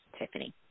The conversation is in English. Tiffany